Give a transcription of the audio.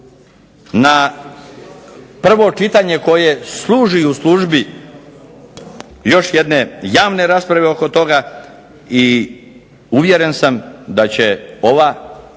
na prvo čitanje koje služi u službi još jedne javne rasprave oko toga i uvjeren sam da će ovo